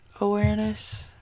awareness